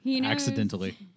accidentally